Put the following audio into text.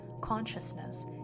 consciousness